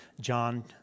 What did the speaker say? John